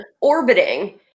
orbiting